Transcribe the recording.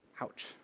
Ouch